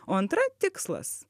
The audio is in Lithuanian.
o antra tikslas